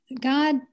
God